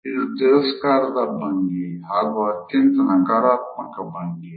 ಇದು ತಿರಸ್ಕಾರದ ಭಂಗಿ ಹಾಗು ಅತ್ಯಂತ ನಕಾರಾತ್ಮಕ ಭಂಗಿ